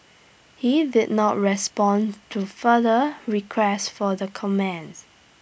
he did not respond to further requests for the comment